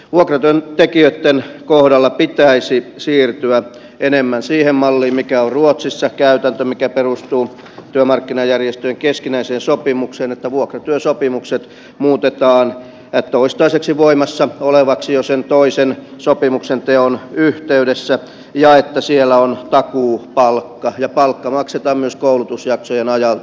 vuokratyöntekijöitten kohdalla pitäisi siirtyä enemmän siihen malliin joka on ruotsissa käytäntö ja joka perustuu työmarkkinajärjestöjen keskinäiseen sopimukseen että vuokratyösopimukset muutetaan toistaiseksi voimassa oleviksi jo sen toisen sopimuksenteon yhteydessä ja että siellä on takuupalkka ja palkka maksetaan myös koulutusjaksojen ajalta